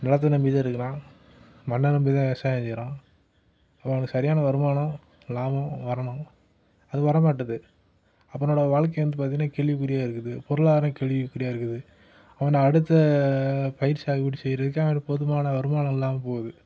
நிலத்த நம்பி தான் இருக்கிறான் மண்ணை நம்பி தான் விவசாயம் செய்கிறான் அவனுக்கு சரியான வருமானம் லாபம் வரணும் அது வர மாட்டேது அவனோடய வாழ்க்கை வந்து பார்த்திங்கனா கேள்விக்குறியாக இருக்குது பொருளாதாரம் கேள்விக்குறியாக இருக்குது அவனை அடுத்த பயிர் சாகுபடி செய்கிறதுக்கு அவனிடம் போதுமான வருமானம் இல்லாமல் போது